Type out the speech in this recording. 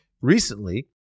recently